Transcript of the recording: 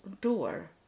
door